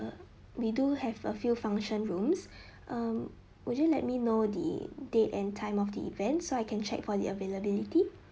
we do have a few function rooms um would you let me know the date and time of the event so I can check for the availability